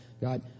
God